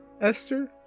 Esther